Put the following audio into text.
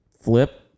flip